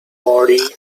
body